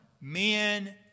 Men